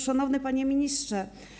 Szanowny Panie Ministrze!